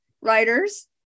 writers